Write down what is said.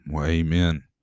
Amen